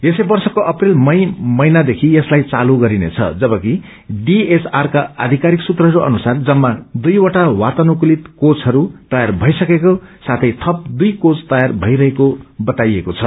यसै वर्षको अप्रेल मई महिनादेखि यसलाई चालू गरिनेछ जबकि डिएचआर का आधिकारिक सूत्रहरू अनुसार जम्मा दुईवटा वातानुकूलित केवख्हरू तयार भइसकेको साथै थप दुई कोच तयार भइरहेको बाताइएको छ